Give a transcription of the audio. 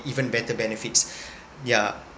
even better benefits yeah